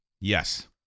Yes